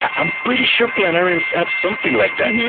i'm pretty sure planarians have something like that.